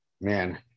Man